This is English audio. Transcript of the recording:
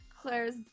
Claire's